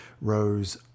Rose